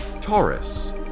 Taurus